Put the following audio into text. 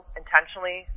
intentionally